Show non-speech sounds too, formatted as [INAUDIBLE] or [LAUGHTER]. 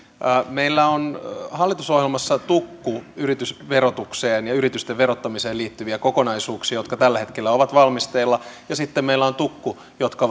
meillä on hallitusohjelmassa tukku yritysverotukseen ja yritysten verottamiseen liittyviä kokonaisuuksia jotka tällä hetkellä ovat valmisteilla ja sitten meillä on tukku niitä jotka [UNINTELLIGIBLE]